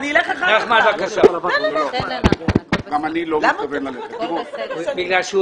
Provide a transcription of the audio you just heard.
גם כי אבי זכרונו לברכה,